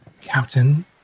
Captain